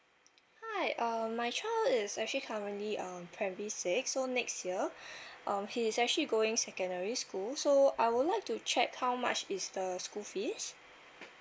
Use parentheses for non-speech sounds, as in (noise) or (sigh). hi um my child is actually currently um primary six so next year (breath) um he's actually going secondary school so I would like to check how much is the school fees